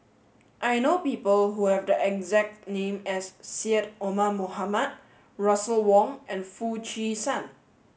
i know people who have the exact name as Syed Omar Mohamed Russel Wong and Foo Chee San